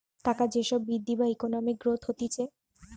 টাকার যে সব বৃদ্ধি বা ইকোনমিক গ্রোথ হতিছে